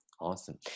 awesome